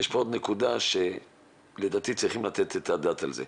עוד נקודה שלדעתי צריכים לתת עליה את הדעת.